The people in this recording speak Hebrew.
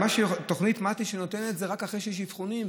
תוכנית מת"י ניתנת רק אחרי שיש אבחונים,